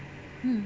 mm